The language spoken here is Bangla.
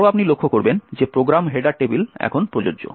আরও আপনি লক্ষ্য করবেন যে প্রোগ্রাম হেডার টেবিল এখন প্রযোজ্য